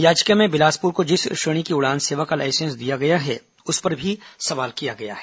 याचिका में बिलासपुर को जिस श्रेणी की उड़ान सेवा का लाइसेंस दिया गया है उस पर भी सवाल किया गया है